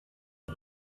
der